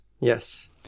yes